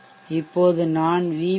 இப்போது நான் VP